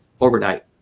overnight